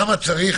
כמה צריך